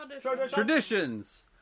Traditions